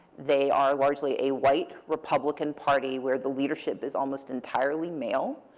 they are largely a white republican party where the leadership is almost entirely male,